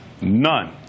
None